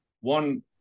one